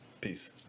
Peace